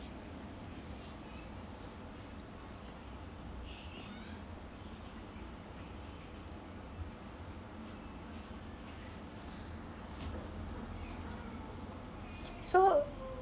so